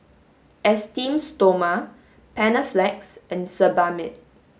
Esteem Stoma Panaflex and Sebamed